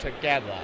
together